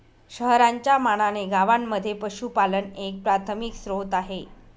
शहरांच्या मानाने गावांमध्ये पशुपालन एक प्राथमिक स्त्रोत आहे